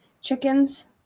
chickens